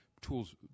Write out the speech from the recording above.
tools